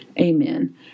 Amen